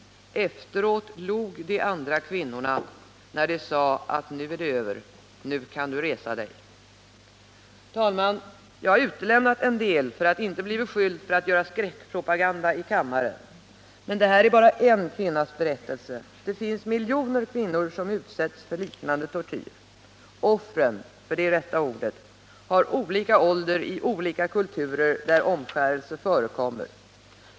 Efteråt log de andra kvinnorna när de sade att nu är det över, nu kan du resa dig. Herr talman! Jag har utelämnat en del för att inte bli beskylld för att göra skräckpropaganda i kammaren. Men detta är bara en kvinnas berättelse. Det finns miljoner kvinnor som utsätts för liknande tortyr. Offren — det är rätta ordet — har olika ålder i olika kulturer där omskärelse förekommer.